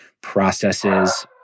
processes